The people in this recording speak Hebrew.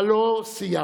אבל לא סיימנו.